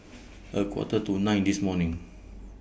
A Quarter to nine This morning